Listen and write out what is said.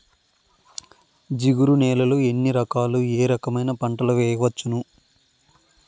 జిగురు నేలలు ఎన్ని రకాలు ఏ రకమైన పంటలు వేయవచ్చును?